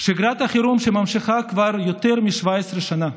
שגרת החירום, שנמשכת כבר יותר מ-17 שנה.